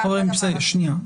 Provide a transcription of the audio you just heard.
חברים, שנייה.